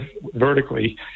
vertically